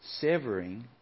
severing